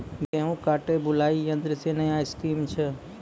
गेहूँ काटे बुलाई यंत्र से नया स्कीम छ?